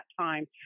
time